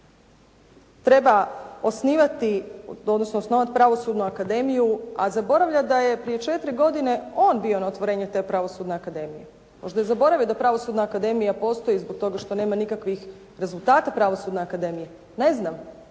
osnovati Pravosudnu akademiju, a zaboravlja da je prije 4 godine on bio na otvorenju te Pravosudne akademije. Možda je zaboravio da Pravosudna akademija postoji zbog toga što nema nikakvih rezultata Pravosudna akademija? Ne znam.